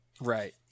Right